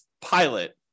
pilot